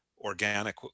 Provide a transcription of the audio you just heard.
Organic